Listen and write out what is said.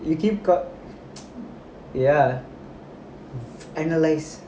got ya analyse